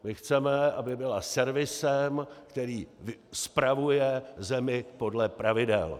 My chceme, aby byla servisem, který spravuje zemi podle pravidel.